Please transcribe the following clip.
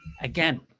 Again